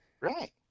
Right